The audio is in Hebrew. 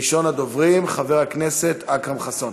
ראשון הדוברים, חבר הכנסת אכרם חסון.